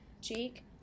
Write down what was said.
jake